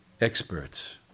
experts